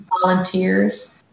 volunteers